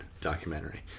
documentary